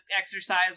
exercise